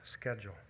schedule